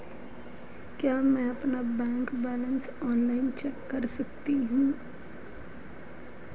क्या मैं अपना बैंक बैलेंस ऑनलाइन चेक कर सकता हूँ?